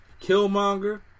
Killmonger